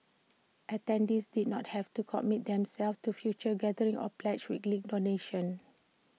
attendees did not have to commit themselves to future gatherings or pledge weekly donations